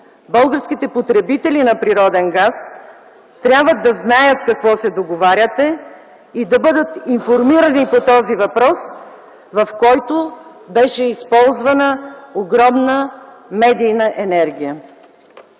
българските потребители на природен газ, трябва да знаят какво се договаряте и да бъдат информирани по този въпрос, в който беше използвана огромна медийна енергия.